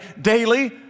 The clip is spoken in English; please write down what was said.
daily